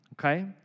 okay